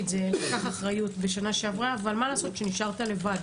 לקח אחריות בשנה שעברה, אבל מה לעשות שנשארת לבד